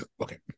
okay